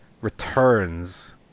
Returns